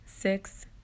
Six